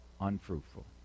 Unfruitful